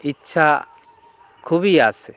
ইচ্ছা খুবই আছে